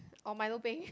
or milo peng